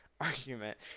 Argument